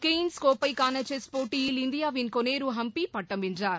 Cairns கோப்பைக்கானசெஸ் போட்டியில் இந்தியாவின் கோனேருஹம்பிபட்டம் வென்றார்